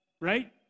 right